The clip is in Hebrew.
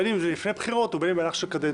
בין אם זה לפני בחירות או בין אם במהלך של קדנציה.